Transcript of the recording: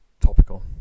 topical